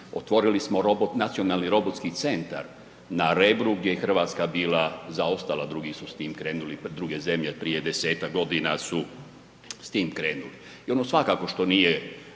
Otvorili smo nacionalni robotski centar na Rebru gdje je Hrvatska bila zaostala, drugi su s time krenuli, druge zemlje prije 10-ak godina su s tim krenuli. I ono svakako što nije,